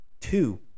Two